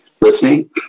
listening